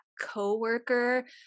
coworker